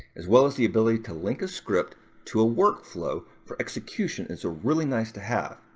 as well as the ability to link a script to a workflow for execution is ah really nice to have.